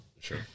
Sure